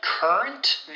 current